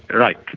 and right.